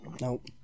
Nope